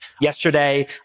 Yesterday